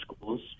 schools